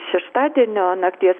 šeštadienio nakties